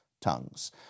tongues